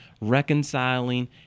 reconciling